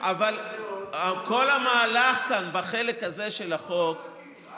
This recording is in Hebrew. אבל כל המהלך כאן, בחלק הזה של החוק, לעסקים.